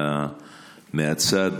מהצד.